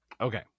Okay